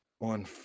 on